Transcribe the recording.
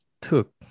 took